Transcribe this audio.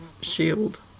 shield